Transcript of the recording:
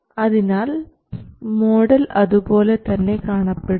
അതിനാൽ മോഡൽ അതുപോലെ തന്നെ കാണപ്പെടുന്നു